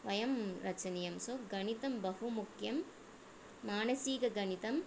वयं रचनीयं सो गणितं बहुमुख्यं मानसिकगणितं